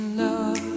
love